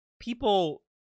people